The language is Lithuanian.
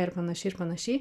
ir panašiai ir panašiai